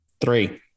Three